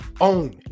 own